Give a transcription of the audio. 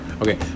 okay